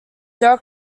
there